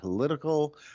political